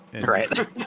Right